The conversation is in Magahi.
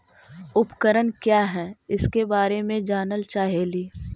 उपकरण क्या है इसके बारे मे जानल चाहेली?